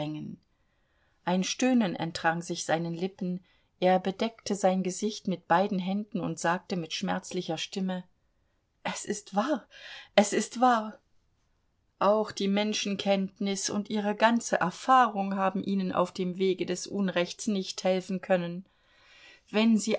ein stöhnen entrang sich seinen lippen er bedeckte sein gesicht mit beiden händen und sagte mit schmerzlicher stimme es ist wahr es ist wahr auch die menschenkenntnis und ihre ganze erfahrung haben ihnen auf dem wege des unrechts nicht helfen können wenn sie